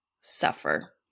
suffer